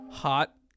Hot